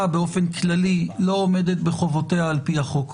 באופן כללי לא עומדת בחובותיה על פי החוק.